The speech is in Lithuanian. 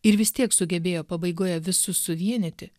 ir vis tiek sugebėjo pabaigoje visus suvienyti